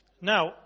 Now